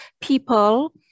people